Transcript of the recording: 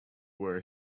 were